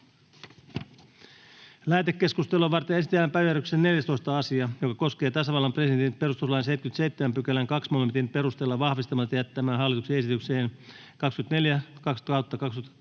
Lähetekeskustelua varten esitellään päiväjärjestyksen 15. asia, joka koskee tasavallan presidentin perustuslain 77 §:n 2 momentin perusteella vahvistamatta jättämää hallituksen esityksen 25/2022